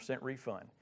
refund